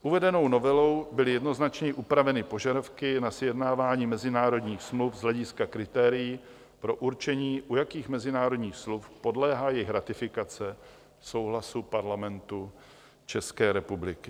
Uvedenou novelou byly jednoznačněji upraveny požadavky na sjednávání mezinárodních smluv z hlediska kritérií pro určení, u jakých mezinárodních smluv podléhá jejich ratifikace souhlasu Parlamentu České republiky.